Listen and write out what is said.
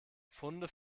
funde